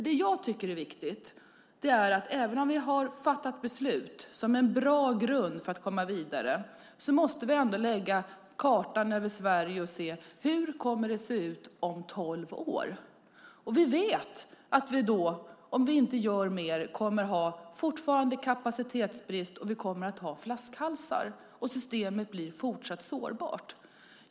Det jag tycker är viktigt är att även om vi har fattat beslut som en bra grund för att komma vidare måste vi ändå lägga kartan över Sverige och se hur det kommer att se ut om tolv år. Vi vet att vi då, om vi inte gör mer, fortfarande kommer att ha kapacitetsbrist och flaskhalsar, och systemet blir fortsatt sårbart.